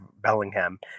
Bellingham